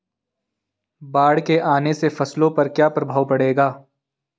बाढ़ के आने से फसलों पर क्या प्रभाव पड़ेगा?